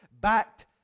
backed